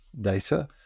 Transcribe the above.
data